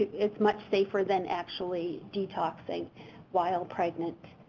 it's much safer than actually detoxing while pregnant.